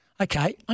Okay